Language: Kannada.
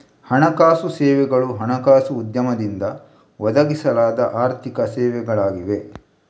ಹಣಕಾಸು ಸೇವೆಗಳು ಹಣಕಾಸು ಉದ್ಯಮದಿಂದ ಒದಗಿಸಲಾದ ಆರ್ಥಿಕ ಸೇವೆಗಳಾಗಿವೆ